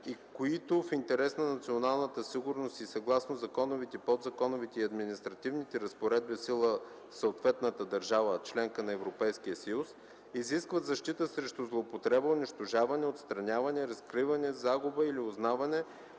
и които в интерес на националната сигурност и съгласно законовите, подзаконовите и административните разпоредби в сила в съответната държава - членка на Европейския съюз, изискват защита срещу злоупотреба, унищожаване, отстраняване, разкриване, загуба или узнаване